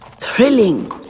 thrilling